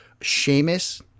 Seamus